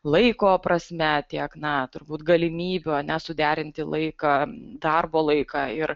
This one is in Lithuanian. laiko prasme tiek na turbūt galimybių a ne suderinti laiką darbo laiką ir